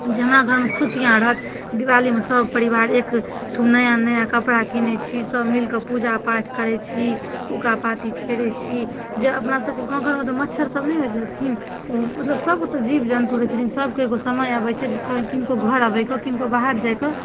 जे हमरा घरमे खुशियाँ रहत दीवालीमे सब परिवार एक ठुम नया नया कपड़ा किनैत छी सब मिल कऽ पूजापाठ करैत छी ऊका पाती फेरैत छी जे अपना सबके गाँव घरमे तऽ मच्छर सब ही होइत छथिन मतलब सब तऽ जीवजन्तु रहै छथिन सबके एगो समय अबैत छै किनको घर अबै कऽ किनको बाहर जाइ कऽ